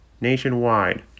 nationwide